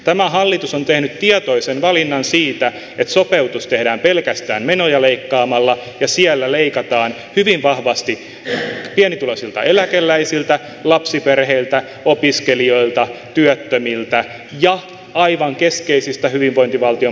tämä hallitus on tehnyt tietoisen valinnan siinä että sopeutus tehdään pelkästään menoja leikkaamalla ja leikataan hyvin vahvasti pienituloisilta eläkeläisiltä lapsiperheiltä opiskelijoilta työttömiltä ja aivan keskeisistä hyvinvointivaltion palveluista